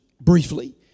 briefly